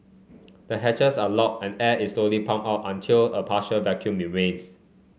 the hatches are locked and air is slowly pumped out until a partial vacuum remains